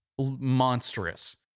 monstrous